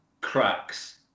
cracks